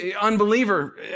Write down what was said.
unbeliever